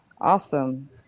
awesome